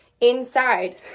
inside